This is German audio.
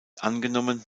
angenommen